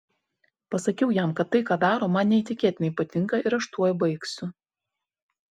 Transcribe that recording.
pasakiau jam kad tai ką daro man neįtikėtinai patinka ir aš tuoj baigsiu